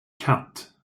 katt